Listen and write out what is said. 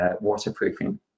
waterproofing